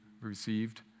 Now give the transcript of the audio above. received